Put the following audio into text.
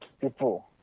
people